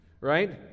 right